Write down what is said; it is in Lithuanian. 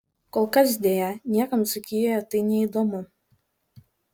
kol kas deja niekam dzūkijoje tai neįdomu